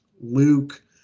Luke